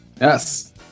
Yes